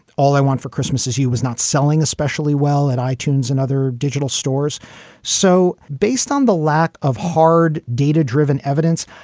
all i want for christmas is he was not selling especially well at i-tunes and other digital stores so based on the lack of hard data driven evidence,